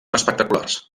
espectaculars